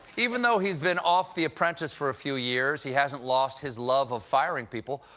even though he's been off the apprentice for a few years, he hasn't lost his love of firing people.